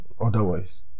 otherwise